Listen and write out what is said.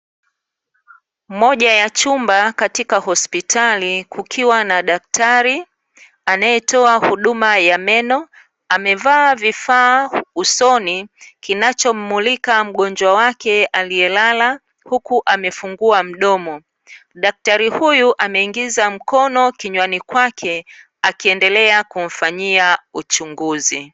Moja ya chumba katika hospitali kukiwa na daktari anayetoa huduma ya meno, amevaa vifaa usoni kinachomulika mgonjwa wake aliyelala huku amefungua mdomo. Daktari huyu ameingiza mkono kinywani kwake akiendelea kumfanyia uchunguzi.